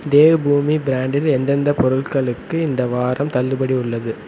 தேவ்பூமி பிராண்டில் எந்தெந்த பொருட்களுக்கு இந்த வாரம் தள்ளுபடி உள்ளது